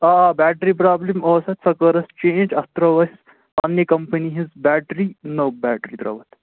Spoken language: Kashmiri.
آ آ بیٹرٛی پرٛابلِم اوس اَتھ سۄ کٔر اَسہِ چینٛج اَتھ ترٛٲو اَسہِ پنٛنہِ کَمپٕنی ہِنٛز بیٹری نٔو بیٹری ترٛٲو اَتھ